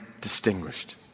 distinguished